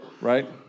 right